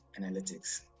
analytics